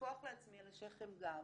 לטפוח לעצמי על השכם גם,